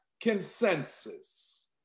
consensus